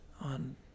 on